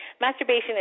Masturbation